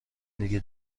دیگه